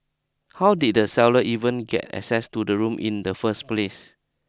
how did the seller even get access to the room in the first place